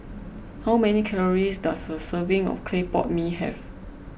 how many calories does a serving of Clay Pot Mee have